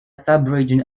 subregion